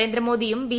നരേന്ദ്രമോദിയും ബി